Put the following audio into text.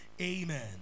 Amen